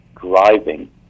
driving